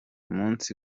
munsi